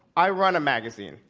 i run a magazine,